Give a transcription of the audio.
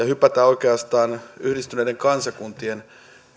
hypätä oikeastaan yhdistyneiden kansakuntien